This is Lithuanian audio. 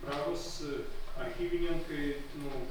prahos archyvininkai nu